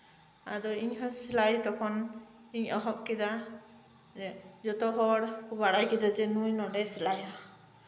ᱟᱫᱚ ᱤᱧᱦᱚᱸ ᱥᱤᱞᱟᱹᱭ ᱛᱚᱠᱷᱚᱱᱤᱧ ᱮᱦᱚᱵ ᱠᱮᱫᱟ ᱡᱮ ᱡᱚᱛᱚ ᱦᱚᱲ ᱠᱚ ᱵᱟᱲᱟᱭ ᱠᱮᱫᱟ ᱡᱮ ᱱᱩᱭ ᱱᱚᱰᱮᱭ ᱥᱤᱞᱟᱹᱭᱟ